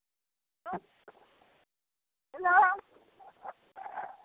hello hello